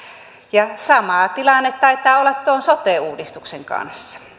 ja sama tilanne taitaa olla tuon sote uudistuksen kanssa